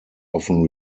often